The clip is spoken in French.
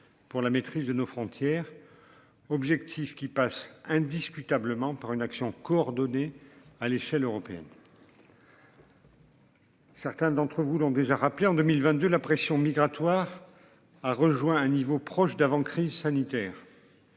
pour la maîtrise de nos frontières. Objectif qui passe indiscutablement par une action coordonnée à l'échelle européenne. Certains d'entre vous l'ont déjà rappelé en 2022 la pression migratoire a rejoint un niveau proche d'avant crise sanitaire.